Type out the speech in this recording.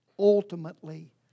Ultimately